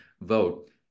vote